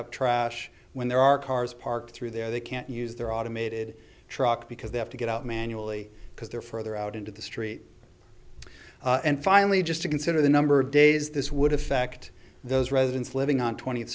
up trash when there are cars parked through there they can't use their automated truck because they have to get out manually because they're further out into the street and finally just to consider the number of days this would affect those residents living on twent